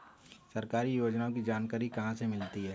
सरकारी योजनाओं की जानकारी कहाँ से मिलती है?